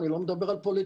אני לא מדבר על פוליטיקה,